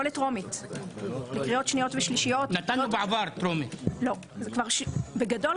תודה רבה.